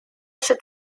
should